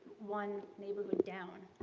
one neighborhood down.